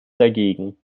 dagegen